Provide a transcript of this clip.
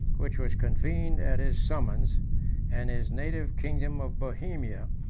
which was convened at his summons and his native kingdom of bohemia,